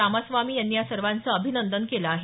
रामास्वामी यांनी या सर्वांचं अभिनंदन केल आहे